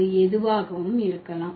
அது எதுவாகவும் இருக்கலாம்